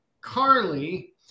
Carly